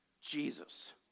Jesus